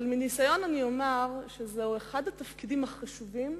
אבל מניסיון אני אומר שזה אחד התפקידים החשובים,